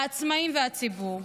העצמאים והציבור,